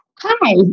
Hi